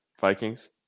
Vikings